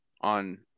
on